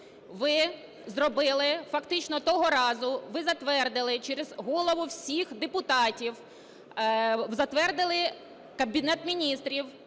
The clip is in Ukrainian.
Ви зробили фактично того разу, ви затвердили через голову всіх депутатів, затвердили Кабінет Міністрів,